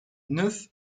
neuf